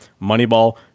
Moneyball